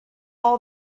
all